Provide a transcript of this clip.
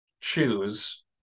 choose